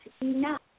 enough